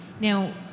Now